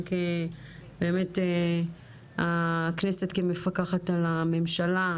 באמת הכנסת כמפקחת על הממשלה.